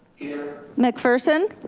here. mcpherson.